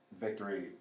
victory